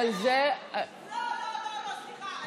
אבל זה, לא, לא, לא, לא, סליחה.